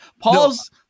Paul's